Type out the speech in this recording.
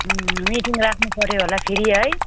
अँ मिटिङ राख्नु पऱ्यो होला फेरि है